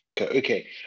Okay